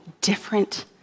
different